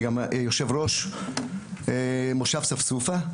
יושב ראש מושב ספסופה,